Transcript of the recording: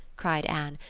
cried anne.